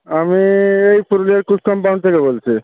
আমি এই পুরুলিয়ার কুক কম্পাউন্ড থেকে বলছি